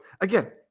again